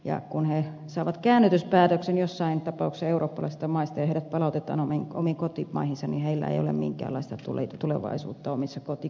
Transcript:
ja kun he saavat käännytyspäätöksen joissain tapauksissa eurooppalaisista maista ja heidän palautettaan omiin kotimaihinsa niin heillä ei ole minkäänlaista tulevaisuutta omissa kotikylissään